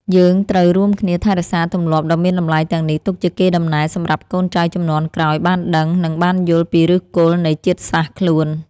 យើងត្រូវរួមគ្នាថែរក្សាទម្លាប់ដ៏មានតម្លៃទាំងនេះទុកជាកេរដំណែលសម្រាប់កូនចៅជំនាន់ក្រោយបានដឹង និងបានយល់ពីឫសគល់នៃជាតិសាសន៍ខ្លួន។